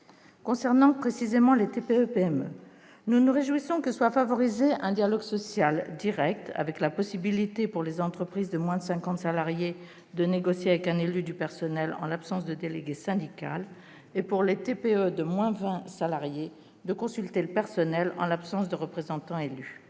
Concernant précisément les TPE-PME, nous nous réjouissons que soit favorisé un dialogue social direct, avec la possibilité, pour les entreprises de moins de 50 salariés, de négocier avec un élu du personnel en l'absence de délégué syndical, et, pour les TPE de moins de 20 salariés, de consulter le personnel en l'absence de représentant élu.